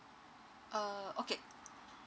uh okay